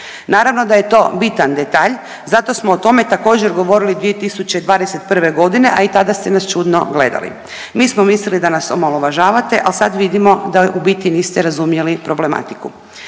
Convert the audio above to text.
Naravno da je to bitan detalj zato smo o tome također govorili 2021., a i tada ste nas čudno gledali. Mi smo mislili da nas omalovažavate, al sad vidimo da u biti niste razumjeli problematiku.